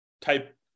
type